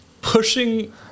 Pushing